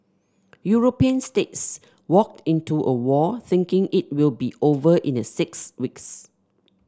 European states walked into a war thinking it will be over in a six weeks